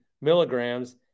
milligrams